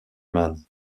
man